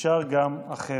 אפשר גם אחרת.